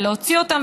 ולהוציא אותם,